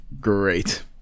great